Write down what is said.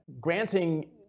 granting